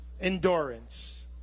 endurance